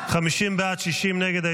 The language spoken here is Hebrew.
51 בעד, 60 נגד.